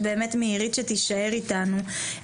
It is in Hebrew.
מבקשת באמת מעירית שתישאר איתנו,